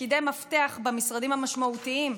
בתפקידי מפתח במשרדים המשמעותיים.